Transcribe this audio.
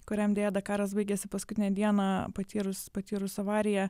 kuriam deja dakaras baigėsi paskutinę dieną patyrus patyrus avariją